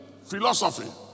philosophy